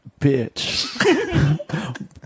bitch